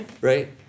right